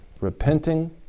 repenting